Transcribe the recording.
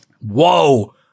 Whoa